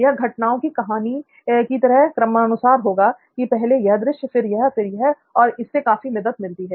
यह घटनाओं को कहानी की तरह क्रमानुसार लगा देगा कि पहले यह दृश्य फिर यह फिर यह और इससे काफी मदद मिलती है